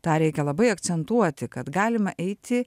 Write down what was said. tą reikia labai akcentuoti kad galima eiti